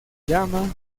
llama